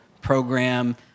program